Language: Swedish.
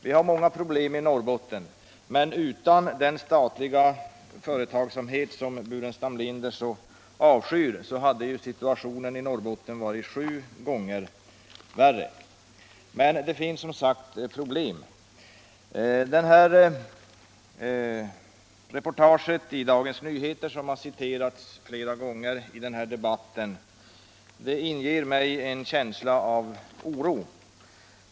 Vi har många problem i Norrbotten, men utan den statliga företagsamhet som herr Burenstam Linder avskyr hade situationen i Norrbotten varit sju gånger värre. Men det finns som sagt problem. Den artikel i Dagens Nyheter som citerats flera gånger i den här debatten inger mig en känsla av oro.